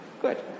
Good